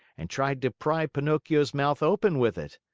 and tried to pry pinocchio's mouth open with it.